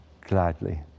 gladly